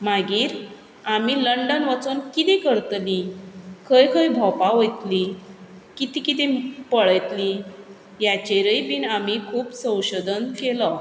मागीर आमी लंडन वचोन कितें करतलीं खंय खंय भोंवपा वयतली कितें कितें पळयतली ह्याचेरय बी आमी खूब संशोधन केलो